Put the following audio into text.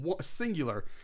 singular